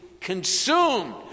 consumed